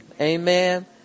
Amen